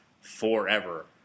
forever